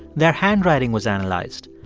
their handwriting was analyzed.